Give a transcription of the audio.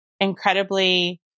incredibly